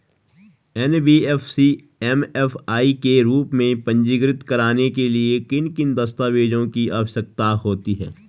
NBFC MFI के रूप में पंजीकृत कराने के लिए किन किन दस्तावेज़ों की आवश्यकता होती है?